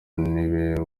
niwe